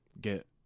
get